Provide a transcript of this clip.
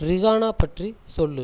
Rihanna பற்றி சொல்லு